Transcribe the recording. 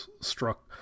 struck